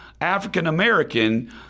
African-American